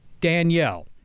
Danielle